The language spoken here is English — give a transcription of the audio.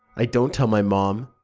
i don't tell my mom.